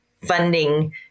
funding